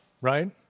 right